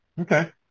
Okay